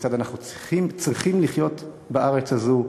כיצד אנחנו צריכים לחיות בארץ הזו,